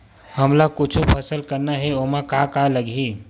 हमन ला कुछु फसल करना हे ओमा का का लगही?